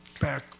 back